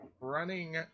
running